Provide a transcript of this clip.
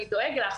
אני דואג לך.